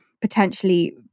Potentially